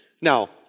Now